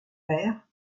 père